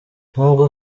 n’ubwo